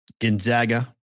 Gonzaga